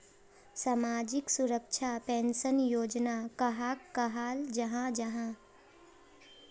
सामाजिक सुरक्षा पेंशन योजना कहाक कहाल जाहा जाहा?